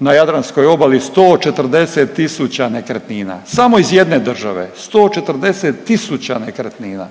na jadranskoj obali 140 tisuća nekretnina, samo iz jedne države, 140 tisuća nekretnina.